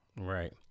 Right